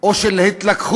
או של התלקחות,